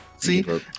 See